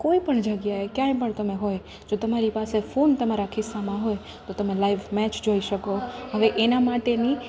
કોઈપણ જગ્યાએ ક્યાંય પણ તમે હોય જો તમારી પાસે ફોન તમારા ખિસ્સામાં હોય તો તમે લાઈવ મેચ જોઈ શકો હવે એના માટેની